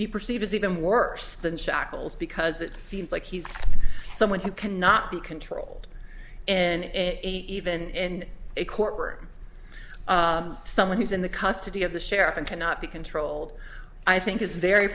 be perceived is even worse than shackles because it seems like he's someone who cannot be controlled and even a court or someone who's in the custody of the sheriff and cannot be controlled i think is very